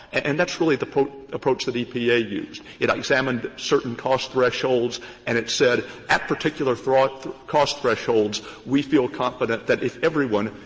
and that's really the approach that epa used. it examined certain cost thresholds and it said at particular cost thresholds we feel confident that if everyone,